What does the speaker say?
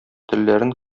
телләрен